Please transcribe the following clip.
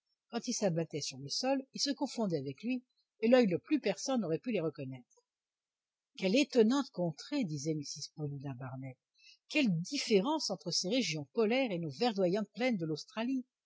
quand ils s'abattaient sur le sol ils se confondaient avec lui et l'oeil le plus perçant n'aurait pu les reconnaître quelle étonnante contrée disait mrs paulina barnett quelle différence entre ces régions polaires et nos verdoyantes plaines de l'australie